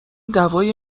دوای